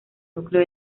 núcleo